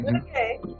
Okay